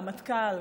הרמטכ"ל,